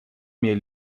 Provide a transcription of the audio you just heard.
mir